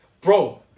bro